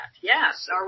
yes